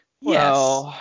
Yes